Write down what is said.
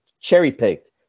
cherry-picked